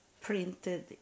printed